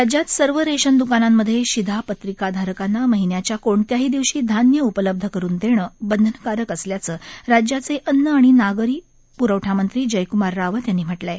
राज्यात सर्व रेशन दुकानांमधे शिधापत्रिकाधारकांना महिन्याच्या कोणत्याही दिवशी धान्य उपलब्ध करुन देणं बंधनकारक असल्याचं राज्याचे अन्न आणि नागरी प्रवठामंत्री जयक्मार रावत यांनी म्हटलं आहे